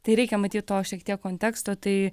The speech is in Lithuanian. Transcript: tai reikia matyt to šiek tiek konteksto tai